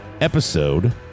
episode